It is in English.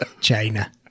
China